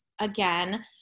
again